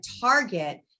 target